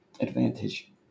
Advantage